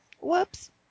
Whoops